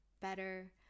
better